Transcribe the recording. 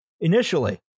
initially